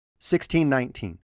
1619